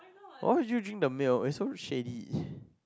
why would you drink the milk it's so shaddy